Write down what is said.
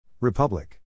Republic